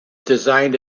designed